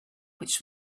which